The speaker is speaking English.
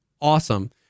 awesome